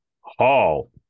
Hall